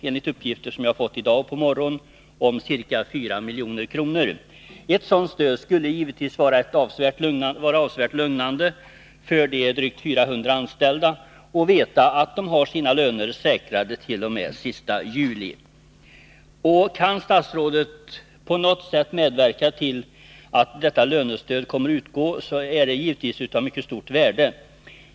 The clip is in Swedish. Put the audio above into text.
Enligt uppgifter som jag har fått i dag på morgonen rör det sig totalt om ca 4 milj.kr. Ett sådant stöd skulle givetvis avsevärt lugna de drygt 400 anställda, eftersom de då skulle veta att de hade sina löner säkrade t.o.m. den 31 juli. Kan statsrådet på något sätt medverka till att detta lönestöd kommer att utgå är det givetvis av mycket stort värde.